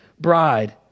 bride